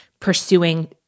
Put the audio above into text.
pursuing